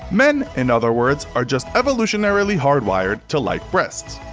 men in other words are just evolutionary hardwired to like breasts.